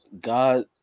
God